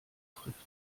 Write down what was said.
trifft